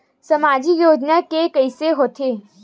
सामाजिक योजना के कइसे होथे?